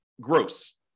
gross